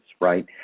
right